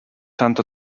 santa